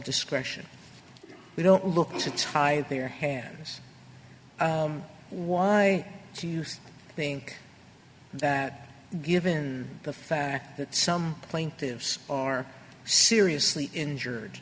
discretion we don't look to tie their hands why do you think that given the fact that some plaintiffs are seriously injured